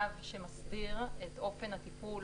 צו שמסדיר את אופן הטיפול